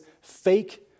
fake